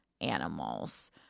animals